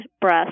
breast